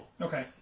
Okay